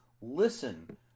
listen